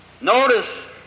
Notice